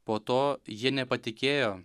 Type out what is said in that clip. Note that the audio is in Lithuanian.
po to jie nepatikėjo